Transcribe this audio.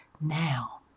now